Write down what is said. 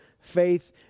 faith